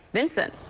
vincent.